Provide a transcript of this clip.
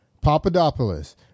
Papadopoulos